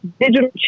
digital